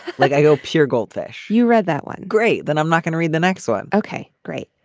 like i go pure goldfish. you read that one. great. then i'm not going to read the next one ok great.